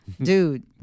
dude